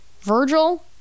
Virgil